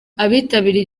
abitabiriye